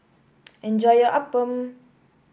enjoy your Appam